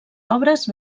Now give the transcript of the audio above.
obres